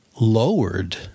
lowered